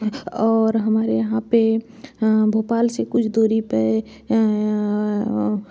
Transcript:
और हमारे यहाँ पे भोपाल से कुछ दूरी पे